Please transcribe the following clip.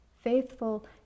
faithful